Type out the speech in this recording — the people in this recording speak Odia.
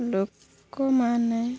ଲୋକମାନେ